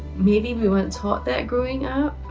maybe we weren't taught that growing up.